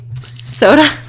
soda